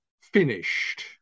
finished